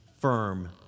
firm